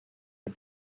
the